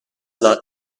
not